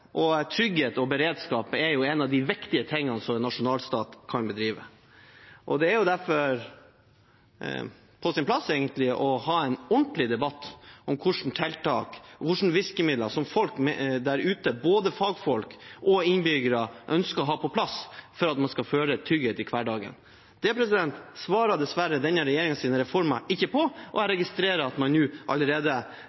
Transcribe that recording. derfor egentlig på sin plass å ha en ordentlig debatt om hvilke tiltak og hvilke virkemidler som folk der ute, både fagfolk og innbyggere, ønsker å ha på plass for at man skal føle trygghet i hverdagen. Det svarer denne regjeringens reformer dessverre ikke på. Jeg